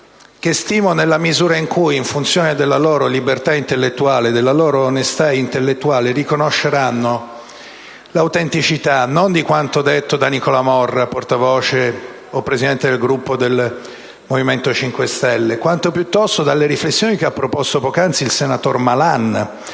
che stimo nella misura in cui, in funzione della loro libertà ed onestà intellettuale, riconosceranno l'autenticità non di quanto detto da Nicola Morra, presidente del Gruppo del Movimento 5 Stelle, quanto piuttosto dalle riflessioni che ha proposto poc'anzi il senatore Maran